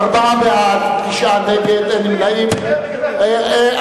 ארבעה בעד, תשעה נגד, נמנעים אין.